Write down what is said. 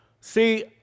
See